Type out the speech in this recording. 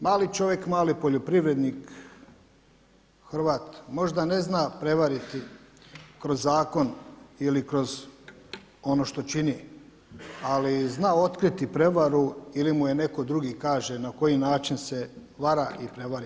Mali čovjek, mali poljoprivrednik Hrvat, možda ne zna prevariti kroz zakon ili kroz ono što čini, ali zna otkriti prevaru ili mu je neko drugi kaže na koji način se vara i prevari.